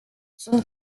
sunt